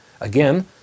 Again